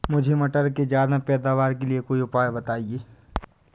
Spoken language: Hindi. मुझे मटर के ज्यादा पैदावार के लिए कोई उपाय बताए?